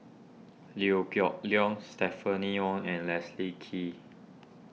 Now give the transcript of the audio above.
Liew Geok Leong Stephanie Wong and Leslie Kee